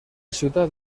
ciutat